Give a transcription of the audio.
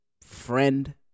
friend